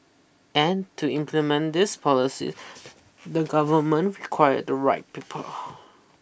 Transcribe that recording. and to implement these policies the government require the right people